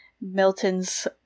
Milton's